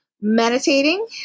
meditating